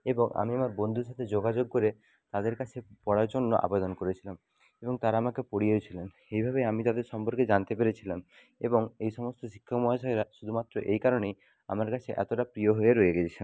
এবং আমি আমার বন্ধুর সাথে যোগাযোগ করে তাদের কাছে পড়ার জন্য আবেদন করেছিলাম এবং তারা আমাকে পড়িয়েও ছিলেন এইভাবেই আমি তাদের সম্পর্কে জানতে পেরেছিলাম এবং এই সমস্ত শিক্ষক মহাশয়রা শুধু মাত্র এই কারণেই আমার কাছে এতোটা প্রিয় হয়ে রয়ে গিয়েছেন